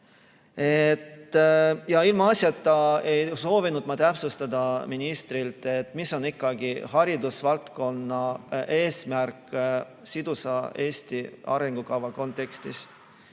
Ilmaasjata ei soovinud ma täpsustada ministrilt, mis on ikkagi haridusvaldkonna eesmärk sidusa Eesti arengukava kontekstis.